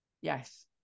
Yes